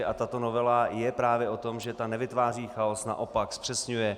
A tato novela je právě o tom, že nevytváří chaos, naopak zpřesňuje.